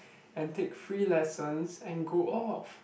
and take free lessons and go off